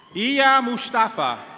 eeya mustafa.